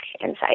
inside